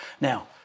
Now